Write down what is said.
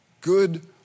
good